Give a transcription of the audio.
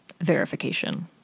verification